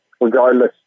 Regardless